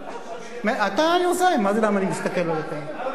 אתה היוזם, מה זה, למה אני מסתכל עליכם.